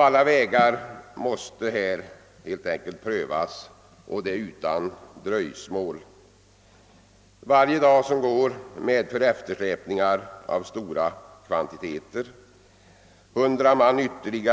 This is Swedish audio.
Alla vägar måste prövas, och det utan dröjsmål. Varje dag som går medför stora eftersläpningar. 100 man till betyder